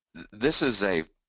this is a,